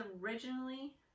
originally